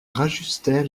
rajustait